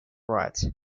rights